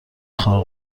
خارق